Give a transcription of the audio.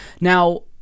Now